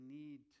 need